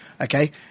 Okay